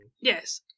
Yes